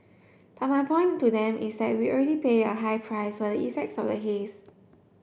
but my point to them is that we already pay a high price for the effects of the haze